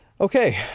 Okay